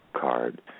card